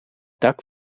dak